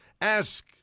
Ask